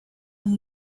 and